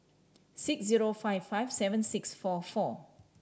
six zero five five seven six four four